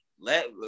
let